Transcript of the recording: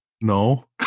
no